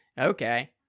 Okay